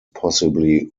possibly